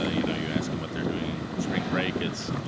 ah you know, you ask them what they're doing spring break, it's,